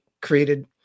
created